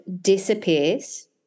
disappears